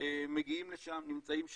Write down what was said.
מגיעים לשם, נמצאים שם.